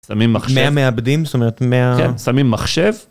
שמים מחשב. 100 מעבדים, זאת אומרת 100... כן, שמים מחשב.